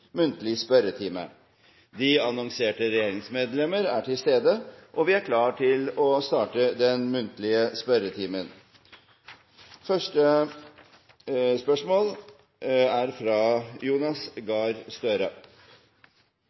muntlig spørretime. De annonserte regjeringsmedlemmer er til stede, og vi er klare til å starte den muntlige spørretimen. Vi starter med første hovedspørsmål, fra representanten Jonas Gahr Støre.